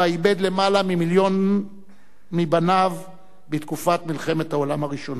שבה איבד למעלה ממיליון מבניו בתקופת מלחמת העולם הראשונה.